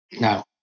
No